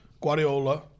Guardiola